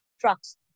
trucks